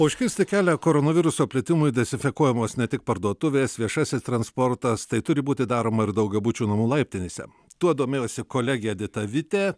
užkirsti kelią koronaviruso plitimui dezinfekuojamos ne tik parduotuvės viešasis transportas tai turi būti daroma ir daugiabučių namų laiptinėse tuo domėjosi kolegė edita vitė